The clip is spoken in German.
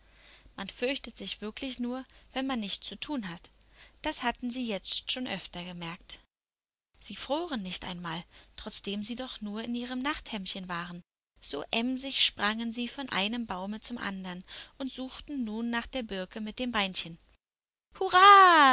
man fürchtet sich wirklich nur wenn man nichts zu tun hat das hatten sie jetzt schon öfter gemerkt sie froren nicht einmal trotzdem sie doch nur in ihrem nachthemdchen waren so emsig sprangen sie von einem baume zum anderen und suchten nach der birke mit dem beinchen hurra